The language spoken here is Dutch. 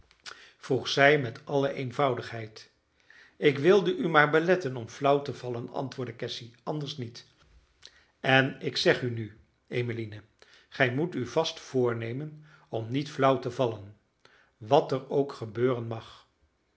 vroeg zij met alle eenvoudigheid ik wilde u maar beletten om flauw te vallen antwoordde cassy anders niet en ik zeg u nu emmeline gij moet u vast voornemen om niet flauw te vallen wat er ook gebeuren mag